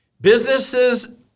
businesses